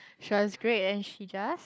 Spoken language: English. she was great and she just